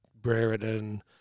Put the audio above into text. Brereton